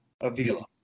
Avila